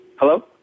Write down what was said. hello